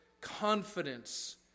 confidence